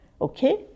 okay